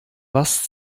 was